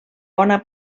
bona